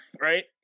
right